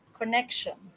connection